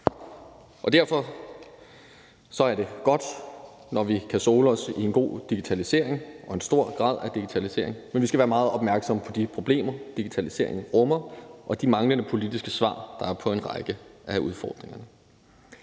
Derfor er det godt, når vi kan sole os i en god digitalisering og en stor grad af digitalisering, men vi skal meget opmærksomme på de problemer, digitaliseringen rummer, og de manglende politiske svar på en række af udfordringerne.